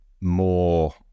more